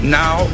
now